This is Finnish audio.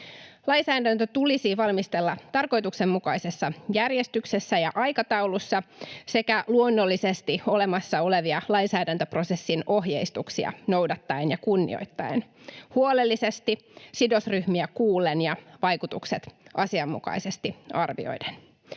Lainsäädäntö tulisi valmistella tarkoituksenmukaisessa järjestyksessä ja aikataulussa sekä luonnollisesti olemassa olevia lainsäädäntöprosessin ohjeistuksia noudattaen ja kunnioittaen, huolellisesti, sidosryhmiä kuullen ja vaikutukset asianmukaisesti arvioiden.